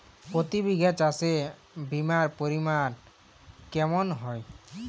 প্রতি বিঘা চাষে বিমার পরিমান কেমন হয়?